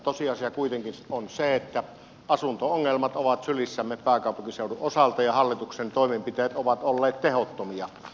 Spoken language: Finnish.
tosiasia kuitenkin on se että asunto ongelmat ovat sylissämme pääkaupunkiseudun osalta ja hallituksen toimenpiteet ovat olleet tehottomia